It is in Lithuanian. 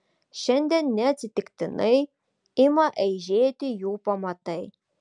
šiandien neatsitiktinai ima aižėti jų pamatai